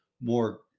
more